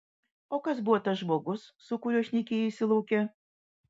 o kas buvo tas žmogus su kuriuo šnekėjaisi lauke